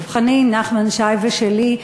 דב חנין ונחמן שי ושלי,